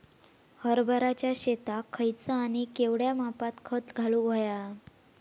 हरभराच्या शेतात खयचा आणि केवढया मापात खत घालुक व्हया?